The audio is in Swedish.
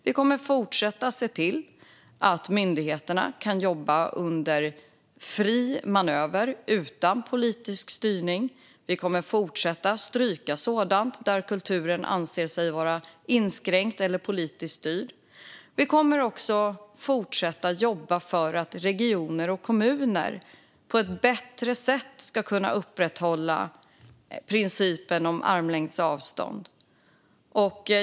Vi kommer att fortsätta se till att myndigheterna kan jobba under fri manöver utan politisk styrning. Vi kommer att fortsätta stryka sådant där kulturen anser sig vara inskränkt eller politiskt styrd. Vi kommer också att fortsätta jobba för att regioner och kommuner på ett bättre sätt ska kunna upprätthålla principen om armlängds avstånd.